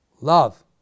Love